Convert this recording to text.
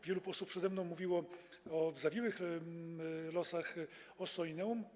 Wielu posłów przede mną mówiło o zawiłych losach Ossolineum.